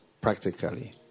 practically